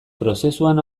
prozesuan